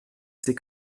c’est